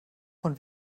von